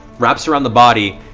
wrap so around the body.